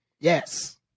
Yes